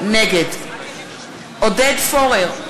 נגד עודד פורר,